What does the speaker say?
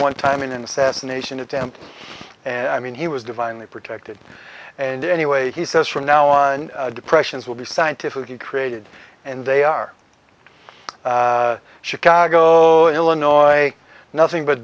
one time in an assassination attempt and i mean he was divinely protected and anyway he says from now on depressions will be scientifically created and they are chicago illinois nothing but